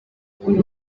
uyu